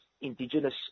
Indigenous